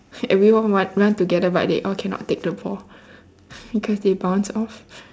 everyone run run together but they all cannot take the ball because they bounce off